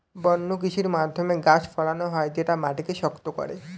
বন্য কৃষির মাধ্যমে গাছ ফলানো হয় যেটা মাটিকে শক্ত করে